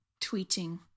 tweeting